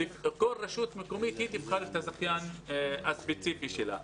כל רשות מקומית תבחר את הזכיין הספציפי שלה.